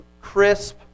crisp